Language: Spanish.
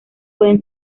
pueden